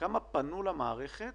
כמה פנו למערכת